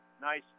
Nice